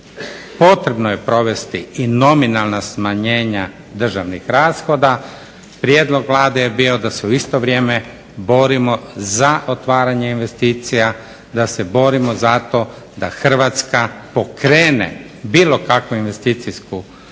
potrebno je provesti i nominalna smanjenja državnih rashoda. Prijedlog Vlade je bio da se u isto vrijeme borimo za otvaranje investicija, da se borimo zato da Hrvatska pokrene bilo kakvu investicijsku